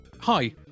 hi